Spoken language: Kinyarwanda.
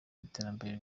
iterambere